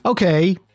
Okay